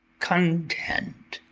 content